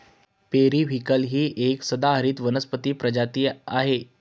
periwinkle ही एक सदाहरित वनस्पती प्रजाती आहे